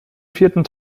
vierten